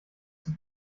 zum